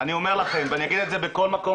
אני אומר לכם ואני אגיד את זה בכל מקום